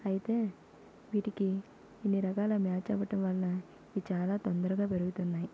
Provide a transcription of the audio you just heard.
అయితే వీటికి ఇన్నిరకాల మేత ఇవ్వటం వలన ఇది చాలా తొందరగా పేరుతున్నాయి